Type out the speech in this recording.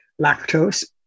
lactose